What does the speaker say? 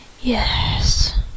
Yes